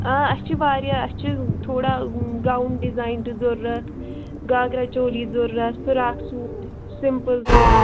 آ اَسہِ چھِ واریاہ اَسہِ چھِ تھوڑا گاوُن ڈِزایِن تہِ ضروٗرت گاگرا چولی ضروٗرت فِراکھ سوٗٹ سِمپُل تہِ